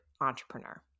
entrepreneur